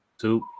two